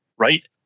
right